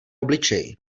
obličeji